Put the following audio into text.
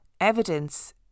evidence